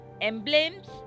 emblems